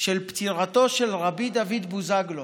של פטירתו של רבי דוד בוזגלו,